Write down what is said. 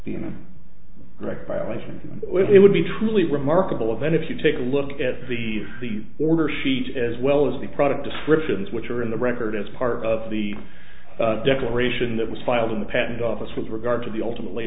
be in the direct violation it would be truly remarkable event if you take a look at the the order sheet as well as the product descriptions which are in the record as part of the declaration that was filed in the patent office with regard to the ultimate